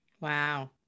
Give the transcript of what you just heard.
Wow